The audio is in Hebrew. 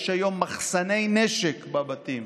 יש היום מחסני נשק בבתים,